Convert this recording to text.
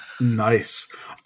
nice